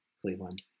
Cleveland